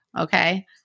Okay